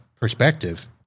perspective